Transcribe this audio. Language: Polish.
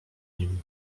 nim